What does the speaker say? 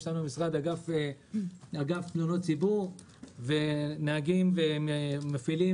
יש לנו אגף תלונות ציבור ועל נהגים ומפעילים